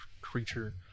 creature